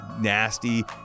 nasty